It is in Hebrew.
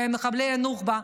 מחבלי הנוח'בה?